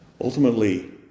ultimately